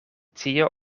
tio